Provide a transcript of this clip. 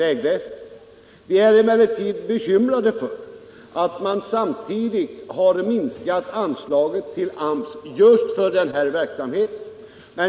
Vi är emellertid bekymrade över att man samtidigt har minskat anslaget till AMS just för denna verksamhet.